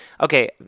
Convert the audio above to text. okay